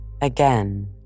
Again